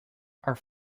are